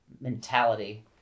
mentality